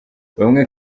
bwana